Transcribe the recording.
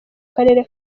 karere